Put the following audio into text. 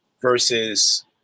versus